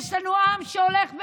יש לנו עם שהולך ומת.